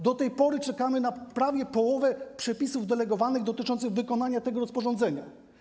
Do tej pory czekamy na prawie połowę przepisów delegowanych dotyczących wykonania tego rozporządzenia.